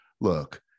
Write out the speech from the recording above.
look